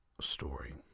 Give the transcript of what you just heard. story